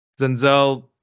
Zenzel